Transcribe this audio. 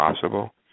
possible